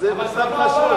זה מכתב חשוב.